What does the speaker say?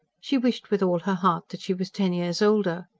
she wished with all her heart that she was ten years older.